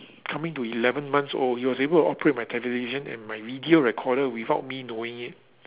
coming to eleven months old he was able to operate my television and my video recorder without me knowing it